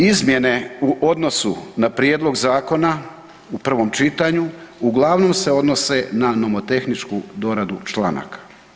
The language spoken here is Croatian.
Izmjene u odnosu na prijedlog zakona u prvom čitanju uglavnom se odnose na novotehničku doradu članaka.